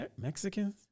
Mexicans